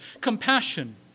Compassion